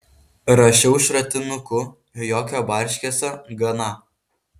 rašiau šratinuku jokio barškesio gana